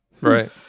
Right